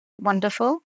wonderful